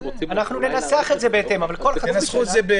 אנחנו ננסח את זה בהתאם, אבל כל חצי שנה.